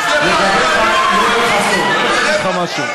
יואל חסון, אני רוצה להגיד לך משהו.